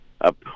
up